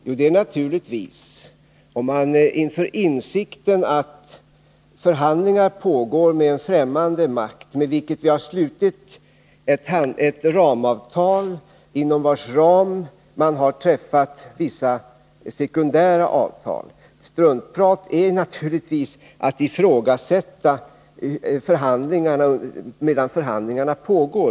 Jo, det är naturligtvis att inför insikten att förhandlingar pågår med en främmande makt, med vilken vi har slutit ett ramavtal inom vars ram det har träffats vissa sekundära avtal, ifrågasätta förhandlingarna medan de pågår.